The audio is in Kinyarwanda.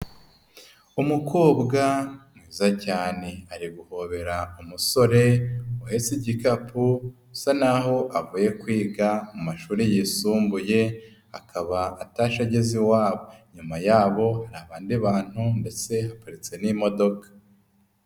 Umukobwa mwiza cyane, ari guhobera umusore, uhetse igikapu usa naho avuye kwiga mu mashuri yisumbuye, akaba atashye ageze iwabo. Inyuma yabo hari abandi bantu, ndetse haparitse n'imodoka.